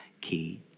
key